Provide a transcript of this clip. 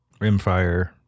Rimfire